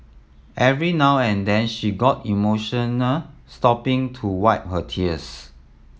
every now and then she got emotional stopping to wipe her tears